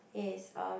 is um